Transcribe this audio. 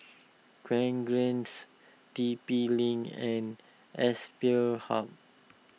Fragrance T P Link and Aspire Hub